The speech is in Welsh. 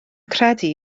credu